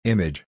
Image